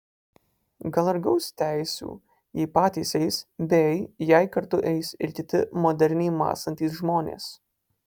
gal ir gaus teisių jei patys eis bei jei kartu eis ir kiti moderniai mąstantys žmonės